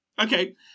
Okay